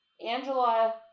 Angela